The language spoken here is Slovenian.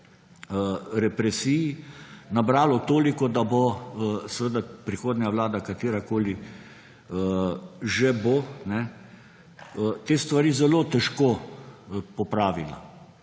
represiji, nabralo toliko, da bo prihodnja vlada, katerakoli že bo, te stvari zelo težko popravila.